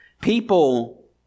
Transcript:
people